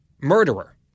murderer